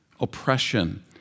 oppression